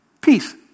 peace